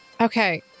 Okay